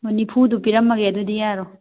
ꯅꯤꯝꯐꯨꯗꯨ ꯄꯤꯔꯝꯃꯒꯦ ꯑꯗꯨꯗꯤ ꯌꯥꯔꯣ